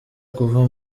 kuva